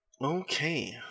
Okay